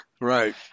Right